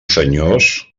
senyors